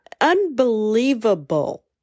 Unbelievable